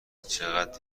چقدر